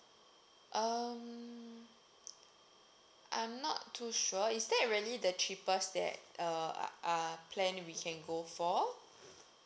um I'm not too sure is that really the cheapest that uh uh plan we can go for